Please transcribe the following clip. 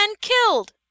killed